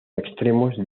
extremos